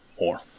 more